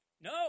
No